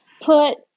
put